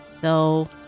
though